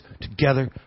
together